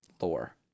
lore